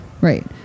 Right